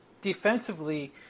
defensively